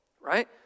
Right